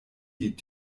die